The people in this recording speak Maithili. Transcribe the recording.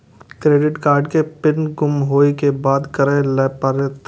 क्रेडिट कार्ड के पिन गुम होय के बाद की करै ल परतै?